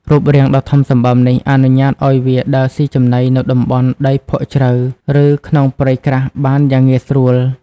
រូបរាងដ៏ធំសម្បើមនេះ អនុញ្ញាតឲ្យវាដើរស៊ីចំណីនៅតំបន់ដីភក់ជ្រៅ ឬក្នុងព្រៃក្រាស់បានយ៉ាងងាយស្រួល។